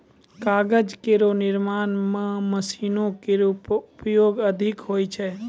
कागज केरो निर्माण म मशीनो केरो प्रयोग अधिक होय छै